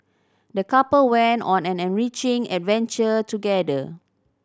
the couple went on an enriching adventure together